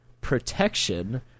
protection